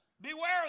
Beware